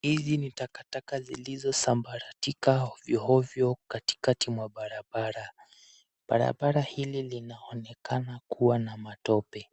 Hizi ni takataka zilizosambaratika ovyo vyo katikati mwa barabara. Barabara hili linaonekana kuwa na matope,